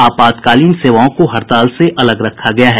आपातकालीन सेवाओं को हड़ताल से अलग रखा गया है